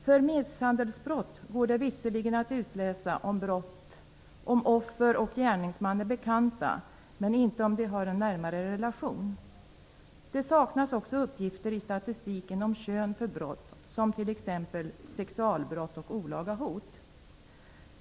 För misshandelsbrott går det visserligen att utläsa om offer och gärningsman är bekanta, men inte om de har en närmare relation. I statistiken saknas det också uppgifter om kön när det gäller t.ex. sexualbrott och olaga hot.